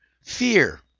Fear